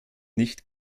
nicht